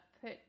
put